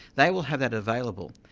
they will have that available,